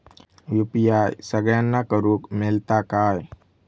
UPI सगळ्यांना करुक मेलता काय?